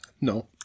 No